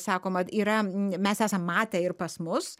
sakoma yra mes esam matę ir pas mus